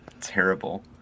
Terrible